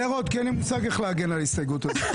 דבר עוד כי אין לי מושג איך להגן על ההסתייגות הזאת.